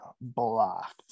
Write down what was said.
blocked